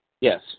Yes